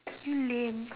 lame